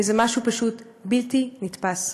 וזה משהו פשוט בלתי נתפס.